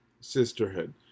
sisterhood